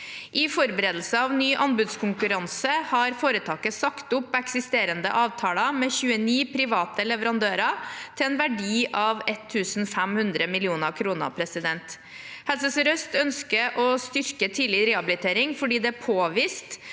I forberedelse av ny anbudskonkurranse har foretaket sagt opp eksisterende avtaler med 29 private leverandører til en verdi av 1 500 mill. kr. Helse sør-øst ønsker å styrke tidlig rehabilitering fordi det er påvist